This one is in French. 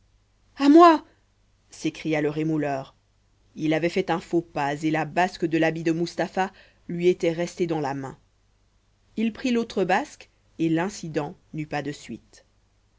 à moi s'écria le rémouleur il avait fait un faux pas et la basque de l'habit de mustapha lui était restée dans la main il prit l'autre basque et l'incident n'eut pas de suite